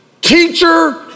teacher